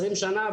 20 שנה,